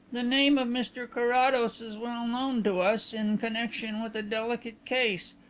the name of mr carrados is well known to us in connexion with a delicate case.